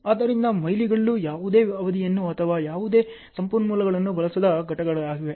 ಆದ್ದರಿಂದ ಮೈಲಿಗಲ್ಲುಗಳು ಯಾವುದೇ ಅವಧಿಯನ್ನು ಅಥವಾ ಯಾವುದೇ ಸಂಪನ್ಮೂಲಗಳನ್ನು ಬಳಸದ ಘಟನೆಗಳಾಗಿವೆ